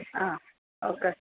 ആ ഓക്കെ